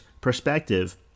perspective